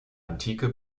antike